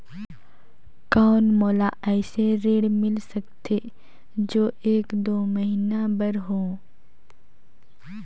कौन मोला अइसे ऋण मिल सकथे जो एक दो महीना बर हो?